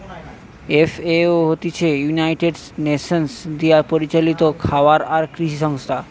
FAO হতিছে United Nations দিয়া পরিচালিত খাবার আর কৃষি সংস্থা